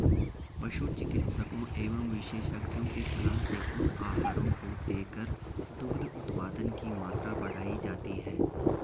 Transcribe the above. पशु चिकित्सकों एवं विशेषज्ञों की सलाह से उन आहारों को देकर दुग्ध उत्पादन की मात्रा बढ़ाई जाती है